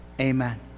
Amen